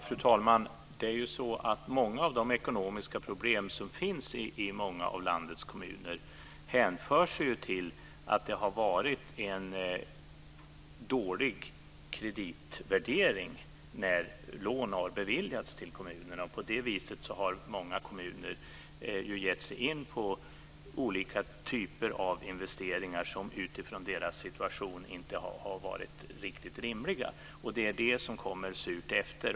Fru talman! Många av de ekonomiska problem som finns i landets kommuner hänför sig till att det har varit en dålig kreditvärdering när lån har beviljats till kommunerna. På det viset har många kommuner gett sig in på olika typer av investeringar som utifrån deras situation inte har varit riktigt rimliga. Nu kommer det surt efter.